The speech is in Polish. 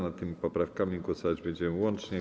Nad tymi poprawkami głosować będziemy łącznie.